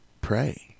pray